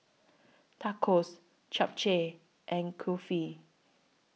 Tacos Japchae and Kulfi